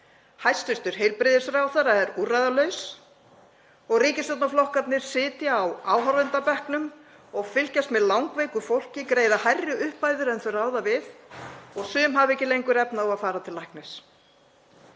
Hæstv. heilbrigðisráðherra er úrræðalaus og ríkisstjórnarflokkarnir sitja á áhorfendabekkjunum og fylgjast með langveiku fólki greiða hærri upphæðir en það ræður við og sum hafa ekki lengur efni á að fara til læknis.